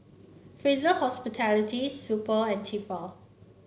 Fraser Hospitality Super and Tefal